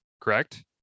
correct